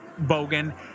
Bogan